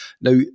Now